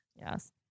Yes